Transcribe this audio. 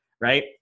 right